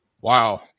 Wow